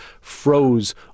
froze